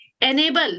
enable